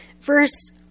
verse